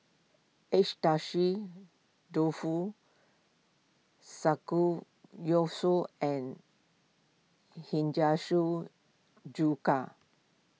Agedashi Dofu Samgeyopsal and H Chuka